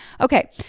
Okay